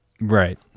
right